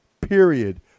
period